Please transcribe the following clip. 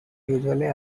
usually